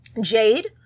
Jade